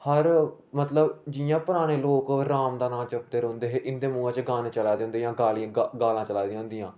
हर मतलब जियां पराने लोक राम दा नां जपदे रौंहदे है इंदे मुहा चाह् गाने चला दे होंदे जां गालियां गाला चला दियां होंदियां